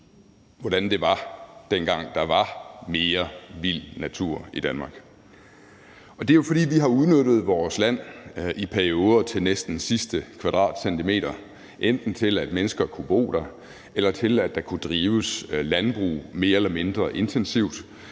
hvordan det var, dengang der var mere vild natur i Danmark. Det er jo, fordi vi har udnyttet vores land, i perioder til næsten sidste kvadratcentimeter, enten til at mennesker kunne bo der, eller til at der kunne drives landbrug mere eller mindre intensivt,